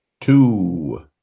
Two